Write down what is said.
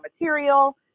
material